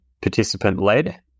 participant-led